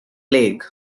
plague